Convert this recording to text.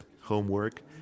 homework